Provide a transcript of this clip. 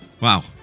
Wow